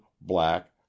black